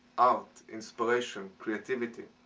art, inspiration, creativity,